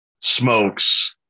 smokes